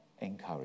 encourage